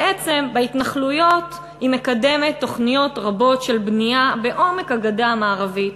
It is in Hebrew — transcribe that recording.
בעצם בהתנחלויות היא מקדמת תוכניות רבות של בנייה בעומק הגדה המערבית: